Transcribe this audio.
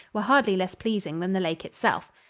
were hardly less pleasing than the lake itself.